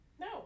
No